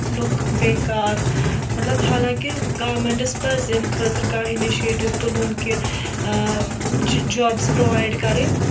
لوٗکھ بیکار مطلب حالانٛکہِ گورمیٚنٛٹَس پَزِ اَمہِ خٲطرٕ کانٛہہ اِنِشیٹِو تُلُن کہِ ٲں جابٕس پرٛووَایڈ کَرٕنۍ